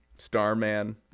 Starman